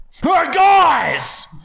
Guys